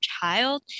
child